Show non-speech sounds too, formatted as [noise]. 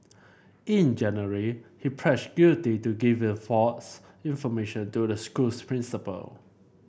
in January he [unintelligible] guilty to giving false information to the school's principal